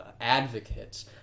advocates